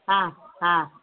ಹಾಂ ಹಾಂ